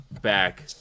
back